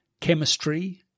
chemistry